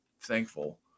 thankful